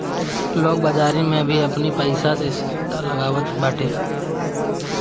लोग बाजारी में भी आपनी पईसा से सट्टा लगावत बाटे